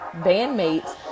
bandmates